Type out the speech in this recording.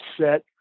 set